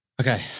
Okay